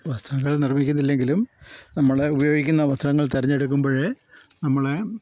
വസ്ത്രങ്ങൾ നിർമ്മിക്കുന്നില്ലെങ്കിലും നമ്മൾ ഉപയോഗിക്കുന്ന വസ്ത്രങ്ങൾ തിരഞ്ഞെടുക്കുമ്പോൾ നമ്മളെ